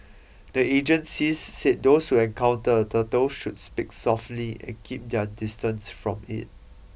the agencies said those who encounter a turtle should speak softly and keep their distance from it